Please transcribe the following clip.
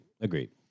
Agreed